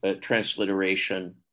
transliteration